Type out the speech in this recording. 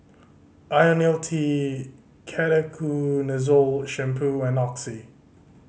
Ionil T Ketoconazole Shampoo and Oxy